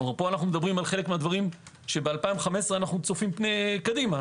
כלומר פה אנו מדברים על חלק מהדברים שב-2015 אנחנו צופים פני קדימה.